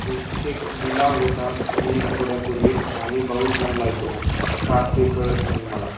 एक चेक दिला होता मी आठवड्यापूर्वी आणि बहु झाला तो का ते कळत नाही मला